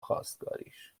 خواستگاریش